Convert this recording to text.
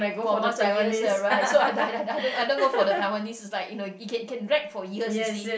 for months or years ya right so I I I don't I don't go for the Taiwanese it's like you know it can it can drag for years you see